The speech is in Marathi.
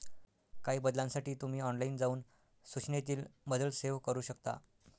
काही बदलांसाठी तुम्ही ऑनलाइन जाऊन सूचनेतील बदल सेव्ह करू शकता